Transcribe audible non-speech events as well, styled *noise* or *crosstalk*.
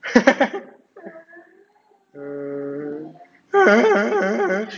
*laughs* err